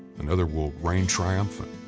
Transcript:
another will reign triumphant,